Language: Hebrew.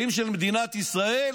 האם של מדינת ישראל